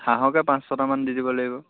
হাঁহকে পাঁচ ছটামান দি দিব লাগিব